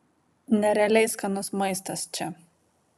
nerealiai skanus maistas čia